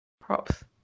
Props